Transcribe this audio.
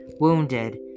wounded